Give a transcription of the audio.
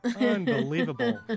Unbelievable